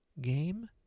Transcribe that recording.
game